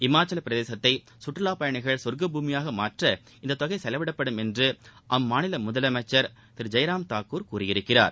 இமாச்சல பிரதேசத்தை சுற்றுலா பயணிகளின் சொர்க்கபூமியாக மாற்ற இந்த தொகை செலவிட்ப்படும் என்று அந்த மாநில முதலமைச்சர் திரு ஜெயராம் தாக்கூர் கூறியிருக்கிறார்